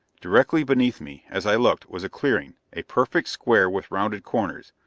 directly beneath me, as i looked, was a clearing, a perfect square with rounded corners,